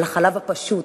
החלב הפשוט,